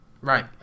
right